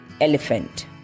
Elephant